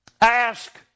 Ask